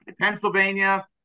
Pennsylvania